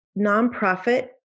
nonprofit